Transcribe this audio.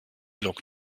log